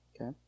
Okay